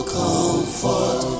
comfort